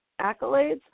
accolades